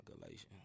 Galatians